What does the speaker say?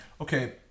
okay